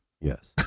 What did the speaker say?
Yes